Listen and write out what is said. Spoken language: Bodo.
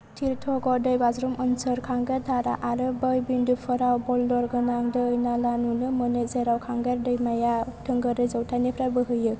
तीरटगढ़ दै बाज्रुम ओनसोल कांगेर धारा आरो बै बिन्दुफोराव ब'ल्डार गोनां दै नाला नुनो मोनो जेराव कांगेर दैमाया थोंगोर जौथायनिफ्राय बोहैयो